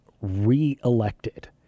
reelected